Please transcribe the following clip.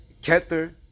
Kether